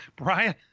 brian